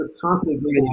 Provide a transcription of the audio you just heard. constantly